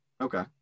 Okay